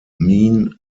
mean